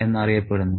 എന്ന് അറിയപ്പെടുന്നു